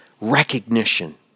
recognition